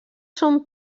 són